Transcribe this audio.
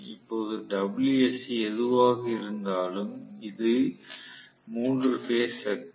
இப்போது Wsc எதுவாக இருந்தாலும் இது 3 பேஸ் சக்தி